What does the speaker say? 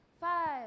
five